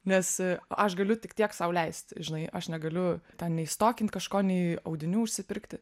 nes aš galiu tik tiek sau leisti žinai aš negaliu ten nei stokint kažko nei audinių užsipirkti